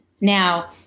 now